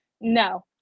No